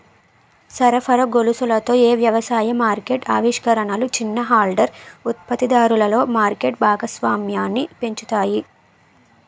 సరఫరా గొలుసులలో ఏ వ్యవసాయ మార్కెట్ ఆవిష్కరణలు చిన్న హోల్డర్ ఉత్పత్తిదారులలో మార్కెట్ భాగస్వామ్యాన్ని పెంచుతాయి?